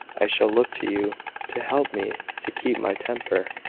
i shall look to you to help me to keep my temper.